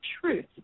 truth